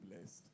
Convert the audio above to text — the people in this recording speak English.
blessed